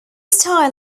style